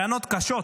טענות קשות,